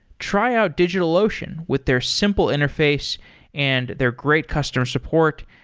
try out digitalocean with their simple interface and their great customer support.